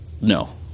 No